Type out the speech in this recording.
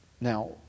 Now